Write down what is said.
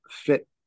fit